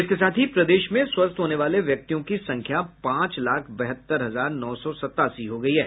इसके साथ ही प्रदेश में स्वस्थ होने वाले व्यक्तियों की संख्या पांच लाख बहत्तर हजार नौ सौ सतासी हो गयी है